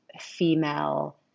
female